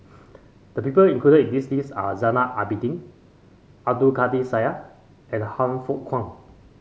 the people included in the list are Zainal Abidin Abdul Kadir Syed and Han Fook Kwang